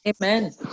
Amen